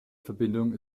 verbindung